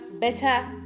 better